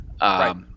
Right